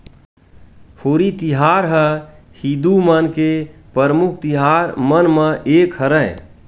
होरी तिहार ह हिदू मन के परमुख तिहार मन म एक हरय